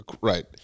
Right